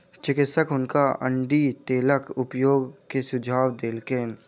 चिकित्सक हुनका अण्डी तेलक उपयोग के सुझाव देलकैन